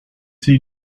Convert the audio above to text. see